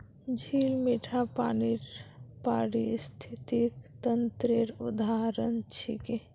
झील मीठा पानीर पारिस्थितिक तंत्रेर उदाहरण छिके